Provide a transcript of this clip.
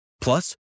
Plus